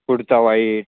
कुडता व्हाईट